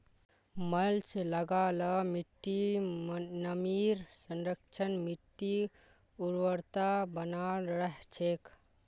mulch लगा ल मिट्टीर नमीर संरक्षण, मिट्टीर उर्वरता बनाल रह छेक